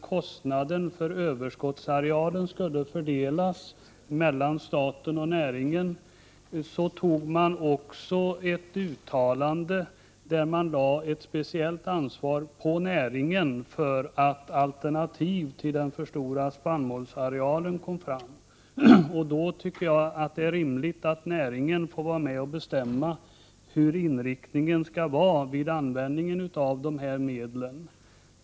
1988/89:91 överskottsarealen skulle fördelas mellan staten och näringen, antogs också 6 april 1989 ett uttalande där man lade ett speciellt ansvar på näringen för att alternativ N Information om rege till den för stora spannmålsarealen kom fram. Jag tycker att det är rimligt att. 7 ÄE N uden nn ringsbeslut om statens näringen får vara med och bestämma om inriktningen av användningen av delalisvär för över dessa medel.